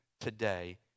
today